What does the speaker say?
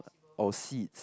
oh seeds